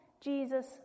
Jesus